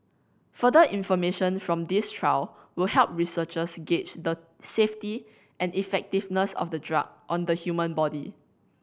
further information from this trial will help researchers gauge the safety and effectiveness of the drug on the human body